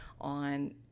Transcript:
on